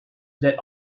that